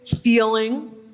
feeling